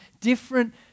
different